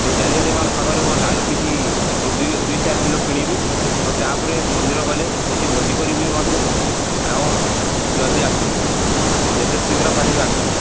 ଏ ଡାଲିଆ ଦୋକାନ ପାଖରେ ମୁଁ ଡାଲୁ କିଛି ଦୁଇ ଦୁଇ ଚାରି କିଲୋ କିଣିବି ଆଉ ତାପରେ ମନ୍ଦିର ଗଲେ ସେଠି ଭୋଜି କରିବି ମଧ୍ୟ ଆପଣ ଜଲ୍ଦି ଆସନ୍ତୁ ଯେତେ ଶୀଘ୍ର ପାରିବେ ଆସନ୍ତୁ